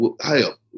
hell